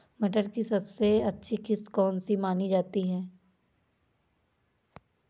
मटर की सबसे अच्छी किश्त कौन सी मानी जाती है?